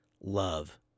love